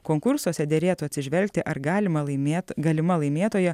konkursuose derėtų atsižvelgti ar galima laimėt galima laimėtoja